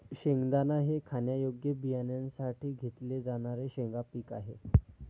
शेंगदाणा हे खाण्यायोग्य बियाण्यांसाठी घेतले जाणारे शेंगा पीक आहे